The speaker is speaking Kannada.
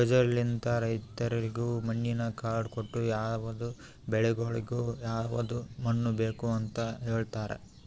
ಯೋಜನೆಲಿಂತ್ ರೈತುರಿಗ್ ಮಣ್ಣಿನ ಕಾರ್ಡ್ ಕೊಟ್ಟು ಯವದ್ ಬೆಳಿಗೊಳಿಗ್ ಯವದ್ ಮಣ್ಣ ಬೇಕ್ ಅಂತ್ ಹೇಳತಾರ್